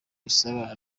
bisaba